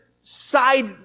side